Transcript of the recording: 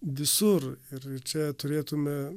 visur ir ir čia turėtume